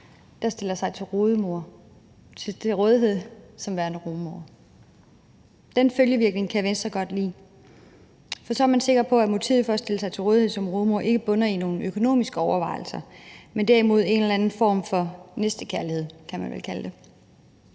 der stiller sig til rådighed som rugemor. Den følgevirkning kan Venstre godt lide, for så er man sikker på, at motivet for at stille sig til rådighed som rugemor ikke bunder i nogen økonomiske overvejelser, men derimod en eller anden form for næstekærlighed, som man vel kan kalde det,